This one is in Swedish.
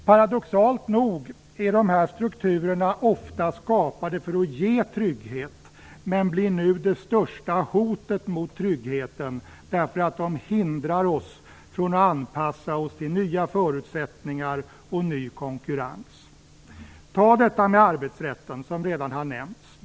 Paradoxalt nog är dessa strukturer ofta skapade för att ge trygghet, men nu blir de det största hotet mot tryggheten därför att de hindrar oss från att anpassa oss till nya förutsättningar och ny konkurrens. Ta detta med arbetsrätten, som redan har nämnts.